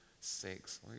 six